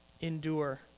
endure